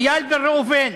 איל בן ראובן,